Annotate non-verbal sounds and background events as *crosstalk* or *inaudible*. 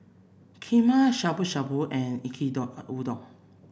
Kheema Shabu Shabu and Yaki *unintelligible* Udon